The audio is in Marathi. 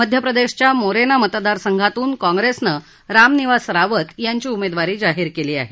मध्य प्रदेशच्या मोरेना मतदारसंघातून काँग्रेसनं राम निवास रावत यांची उमेदवारी जाहीर केली आहे